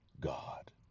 God